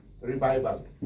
revival